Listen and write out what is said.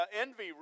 envy